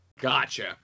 Gotcha